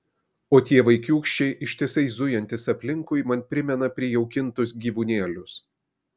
o tie vaikiūkščiai ištisai zujantys aplinkui man primena prijaukintus gyvūnėlius